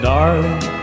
Darling